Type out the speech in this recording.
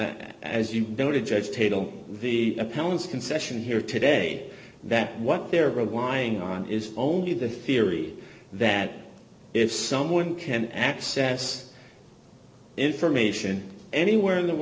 that as you noted judge table the appellant's concession here today that what they're relying on is only the theory that if someone can access information anywhere in the